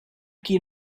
qui